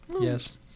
yes